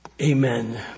Amen